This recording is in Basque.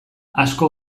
asko